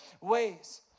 ways